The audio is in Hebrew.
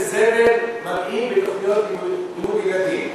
אני קורא איזה זבל מראים בתוכניות לימוד לילדים.